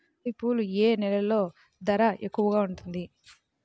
బంతిపూలు ఏ నెలలో ధర ఎక్కువగా ఉంటుంది?